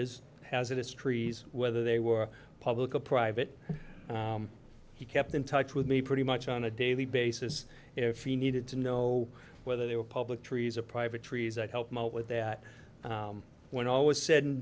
hazardous trees whether they were public or private he kept in touch with me pretty much on a daily basis if he needed to know whether they were public trees or private trees that help with that when all was said and